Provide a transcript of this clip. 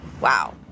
Wow